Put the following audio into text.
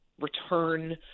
return